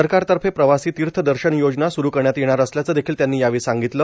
सरकारतर्फे प्रवासी तीर्थ दर्शन योजना सुरू करण्यात येणार असल्याचं देखील त्यांनी यावेळी सांगितलं